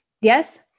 yes